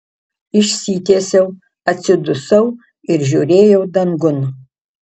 išsitiesiau atsidusau ir žiūrėjau dangun